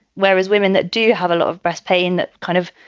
whereas women that do have a lot of breast pain that kind of,